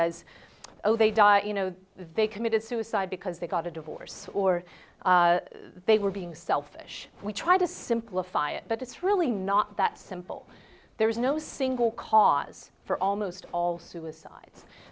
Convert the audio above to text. as oh they died you know they committed suicide because they got a divorce or they were being selfish we try to simplify it but it's really not that simple there is no single cause for almost all suicides